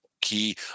key